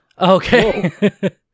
Okay